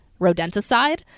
rodenticide